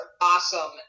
awesome